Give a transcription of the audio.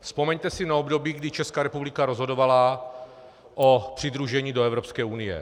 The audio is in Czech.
Vzpomeňte si na období, kdy Česká republika rozhodovala o přidružení do Evropské unie.